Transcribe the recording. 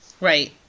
Right